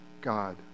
God